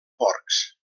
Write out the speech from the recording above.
porcs